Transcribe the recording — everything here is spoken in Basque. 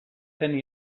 zen